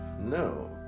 No